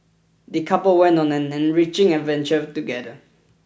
the couple went on an enriching adventure together